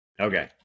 Okay